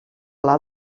pla